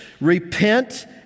repent